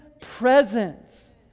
presence